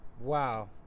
Wow